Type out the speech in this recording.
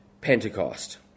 Pentecost